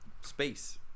space